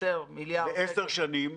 חסר מיליארד שקל.